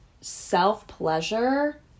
self-pleasure